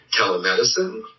telemedicine